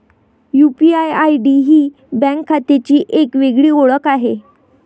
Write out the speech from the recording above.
UPI ID ही bank खात्याची एक वेगळी ओळख आहे